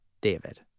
David